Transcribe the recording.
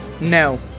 No